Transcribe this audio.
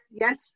yes